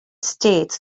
states